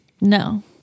No